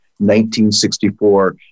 1964